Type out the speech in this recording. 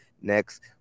next